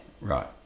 Right